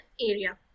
area